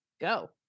go